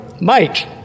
Mike